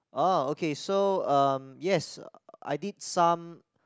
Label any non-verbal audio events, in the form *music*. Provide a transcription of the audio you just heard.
ah okay so yes *noise* I did some